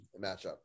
matchup